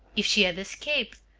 if she had escaped.